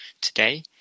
today